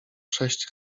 sześć